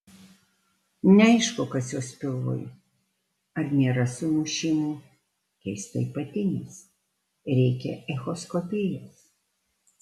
neaišku kas jos pilvui ar nėra sumušimų keistai patinęs reikia echoskopijos